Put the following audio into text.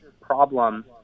problem